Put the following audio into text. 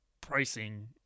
pricing